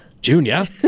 Junior